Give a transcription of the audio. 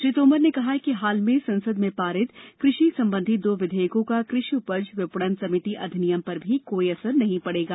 श्री तोमर ने कहा कि हाल में संसद में पारित कृषि संबंधी दो विधेयकों का कृषि उपज विपणन समिति अधिनियम पर भी कोई असर नहीं पडेगा